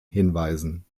hinweisen